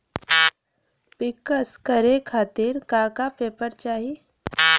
पिक्कस करे खातिर का का पेपर चाही?